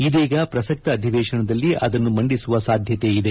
ಇದೀಗ ಪ್ರಸಕ್ತ ಅಧಿವೇತನದಲ್ಲಿ ಅದನ್ನು ಮಂಡಿಸುವ ಸಾಧ್ಯತೆ ಇದೆ